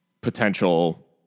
potential